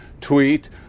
tweet